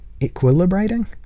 equilibrating